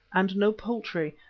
and no poultry,